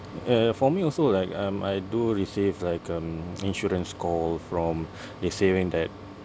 uh for me also like um I do receive like um insurance call from they saying that